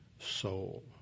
soul